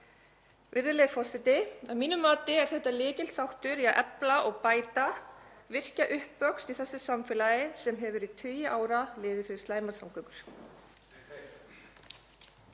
Virðulegi forseti. Að mínu mati er þetta lykilþáttur í að efla, bæta og virkja uppvöxt í þessu samfélagi sem hefur í tugi ára liðið fyrir slæmar samgöngur.